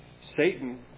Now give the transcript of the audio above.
Satan